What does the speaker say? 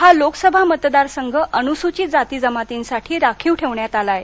हा लोकसभा मतदार संघ अनुसूचित जाती जमातींसाठी राखीव ठेवण्यात आला आहे